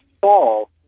fall